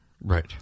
right